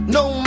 no